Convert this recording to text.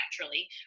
naturally